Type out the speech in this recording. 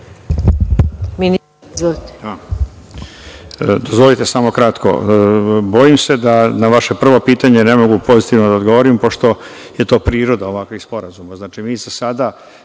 Dozvolite samo kratko. Bojim se da na vaše prvo pitanje ne mogu pozitivno da odgovorim pošto je to priroda ovakvih sporazuma.